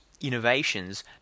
innovations